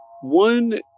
One